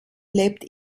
lebt